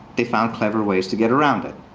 they found clever ways to get around it.